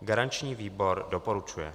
Garanční výbor doporučuje.